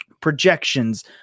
projections